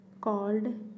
called